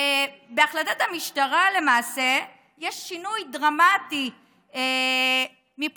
בהחלטת המשטרה למעשה יש שינוי דרמטי מבחינת